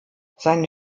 seine